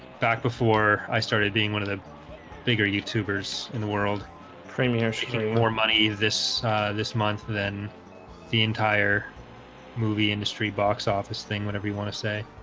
back before i started being one of the bigger youtubers in the world premiere shaking more money this this month then the entire movie industry box office thing whatever you want to say.